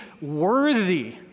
worthy